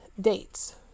dates